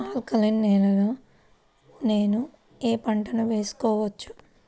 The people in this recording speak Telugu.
ఆల్కలీన్ నేలలో నేనూ ఏ పంటను వేసుకోవచ్చు?